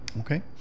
Okay